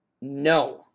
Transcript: No